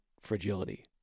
fragility